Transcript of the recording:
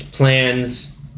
plans